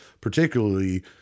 particularly